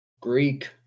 Greek